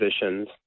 positions